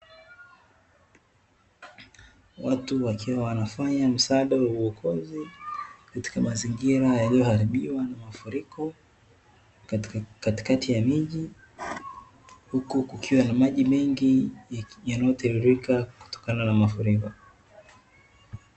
Watu wakiwa wanafanya msaada wa uokozi, katika mazingira yaliyoharibiwa na mafuriko katikati ya miji, huku kukiwa na maji mengi yanayotiririka kutokana na mafuriko.